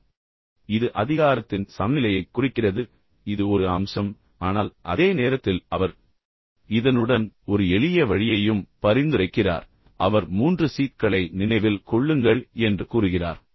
எனவே இது மீண்டும் அதிகாரத்தின் சமநிலையைக் குறிக்கிறது எனவே இது ஒரு அம்சம் ஆனால் அதே நேரத்தில் அவர் இதனுடன் ஒரு எளிய வழியையும் பரிந்துரைக்கிறார் அவர் மூன்று சி க்களை நினைவில் கொள்ளுங்கள் என்று கூறுகிறார்